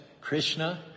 Krishna